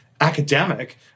academic